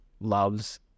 loves